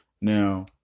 Now